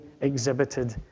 exhibited